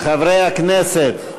חברי הכנסת,